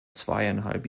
zweieinhalb